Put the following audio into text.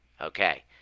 Okay